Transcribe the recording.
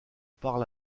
parle